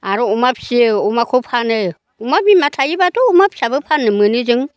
आरो अमा फिसियो अमाखौ फानो अमा बिमा थायोबाथ' अमा फिसाबो फाननो मोनो जों